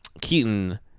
Keaton